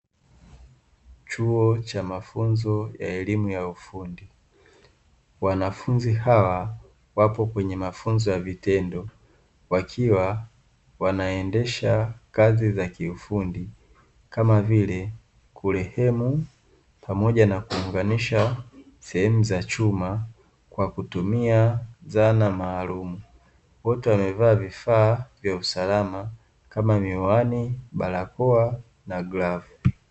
Chuo cha mafunzo ya elimu ya ufundi, wanafunzi hawa wapo kwenye mafunzo ya vitendo wakiwa wanaendesha kazi za kiufundi, kama vile kurehemu pamoja na kuunganisha sehemu za chuma kwa kutumia dhana maalumu. Wote wamevaa vifaa vya usalama, kama miwani, barakoa, na glavu.